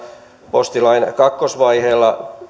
postilain kakkosvaiheen